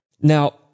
Now